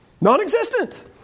Non-existent